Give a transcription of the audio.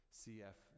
cf